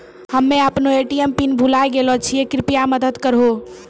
हम्मे अपनो ATM pin भुलाय गेलो छियै, कृपया मदत करहो